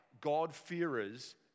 God-fearers